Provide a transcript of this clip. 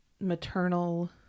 maternal